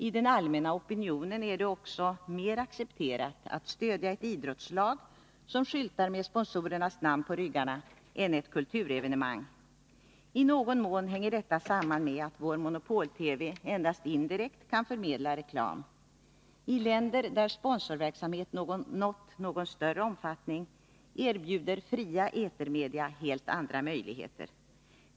I den allmänna opinionen är det också mer accepterat att stödja ett idrottslag som skyltar med sponsorernas namn på ryggarna än ett kulturevenemang. I någon mån hänger detta samman med att vår monopol-TV endast indirekt kan förmedla reklam. I länder där sponsorverksamhet nått någon större omfattning erbjuder fria etermedia helt andra möjligheter.